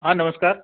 हा नमस्कार